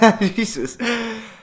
Jesus